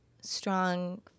strong